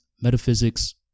metaphysics